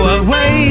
away